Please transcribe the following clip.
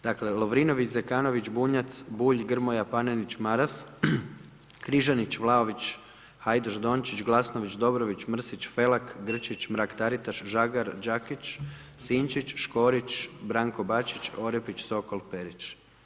Dakle Lovrinović, Zekanović, Bunjac, Bulj, Grmoja, Panenić, Maras, Križanić, Vlaović, Hajdaš Dončić, Glasnović, Dobrović, Mrsić, Felak, Grčić, Mrak Taritaš, Žagar, Đakić, Sinčić, Škorić, Branko Bačić, Orepić, Sokol, Perić.